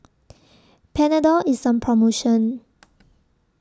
Panadol IS on promotion